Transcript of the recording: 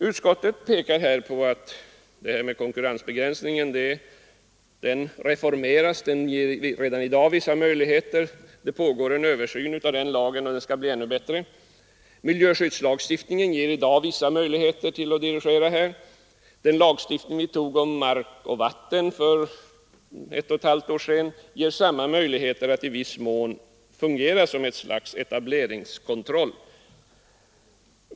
Utskottet pekar här på att lagen om konkurrensbegränsningen reformeras. Den ger redan i dag vissa möjligheter — det pågår en översyn av lagen — och den skall bli ännu effektivare. Miljöskyddslagstiftningen ger i dag vissa möjligheter till dirigering här. Den lagstiftning om hushållning med mark och vatten som riksdagen tog för ett och ett halvt år sedan har samma möjligheter att i viss mån fungera som ett slags etableringskontroll.